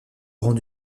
grands